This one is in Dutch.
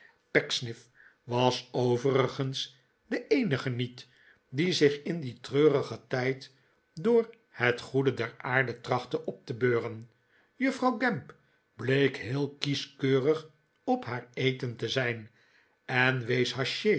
pecksniff was overigens de eenige niet die zich in dien treurigen tijd door het goede der aarde trachtte op te beuren juffrouw gamp bleek heel kieskeurig op haar eten te zijn en